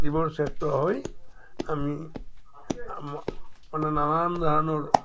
জীৱৰ শ্ৰেষ্ঠ হৈ আমি মানে নানান ধৰণৰ